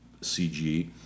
CG